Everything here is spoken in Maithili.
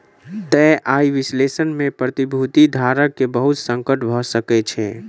तय आय विश्लेषण में प्रतिभूति धारक के बहुत संकट भ सकै छै